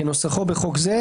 כנוסחו בחוק זה,